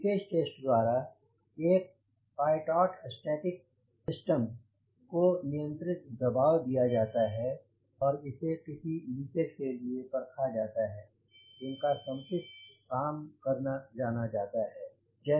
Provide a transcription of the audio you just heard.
leakage test द्वारा एक pitot static system को नियंत्रित दबाव दिया जाता है और इसे किसी लीकेज के लिए परखा जाता है और इनका समुचित काम करना जाना जाता है